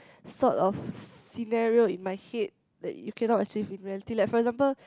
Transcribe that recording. sort of scenario in my head like you cannot achieve in reality like for example